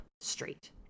straight